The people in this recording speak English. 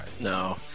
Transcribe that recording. No